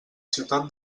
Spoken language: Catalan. ciutat